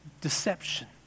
Deception